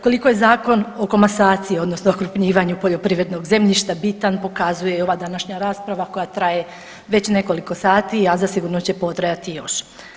Koliko je Zakon o komasaciji odnosno okrupnjivanju poljoprivrednog zemljišta bitan pokazuje i ova današnja rasprava koja traje već nekoliko sati, a zasigurno će potrajati još.